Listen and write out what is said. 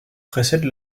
précède